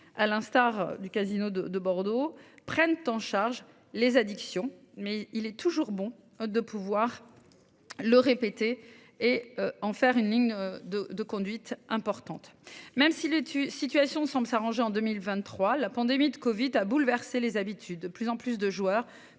à l'instar du casino de de Bordeaux prennent en charge les addictions. Mais il est toujours bon de pouvoir. Le répéter et en faire une ligne de de conduite importante même si le situation semble s'arranger en 2023, la pandémie de Covid a bouleversé les habitudes de plus en plus de joueurs